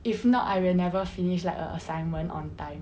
if not I will never finish like an assignment on time